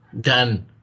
done